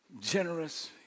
generous